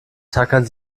tackern